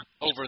over